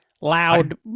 loud